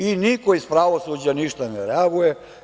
I niko iz pravosuđa ne reaguje.